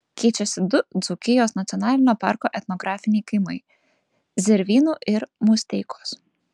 keičiasi du dzūkijos nacionalinio parko etnografiniai kaimai zervynų ir musteikos